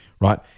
right